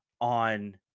on